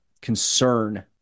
concern